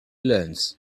learns